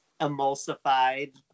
emulsified